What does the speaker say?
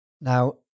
Now